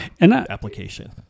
application